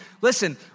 listen